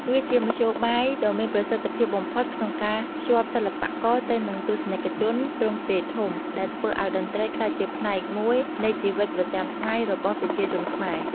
វាជាមធ្យោបាយដ៏មានប្រសិទ្ធភាពបំផុតក្នុងការភ្ជាប់សិល្បករទៅនឹងទស្សនិកជនទ្រង់ទ្រាយធំ ដែលធ្វើឲ្យតន្ត្រីក្លាយជាផ្នែកមួយនៃជីវិតប្រចាំថ្ងៃរបស់ប្រជាជនខ្មែរ។